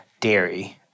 dairy